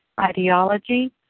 ideology